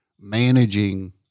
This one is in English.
managing